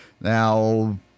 Now